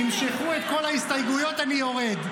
תמשכו את כל ההסתייגויות ואני יורד.